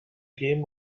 game